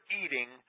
eating